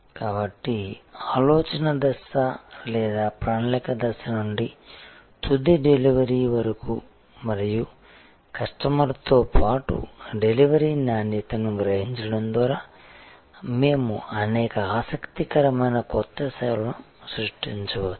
కాబట్టి ఆలోచన దశ లేదా ప్రణాళిక దశ నుండి తుది డెలివరీ వరకు మరియు కస్టమర్తో పాటు డెలివరీ నాణ్యతను గ్రహించడం ద్వారా మేము అనేక ఆసక్తికరమైన కొత్త సేవలను సృష్టించవచ్చు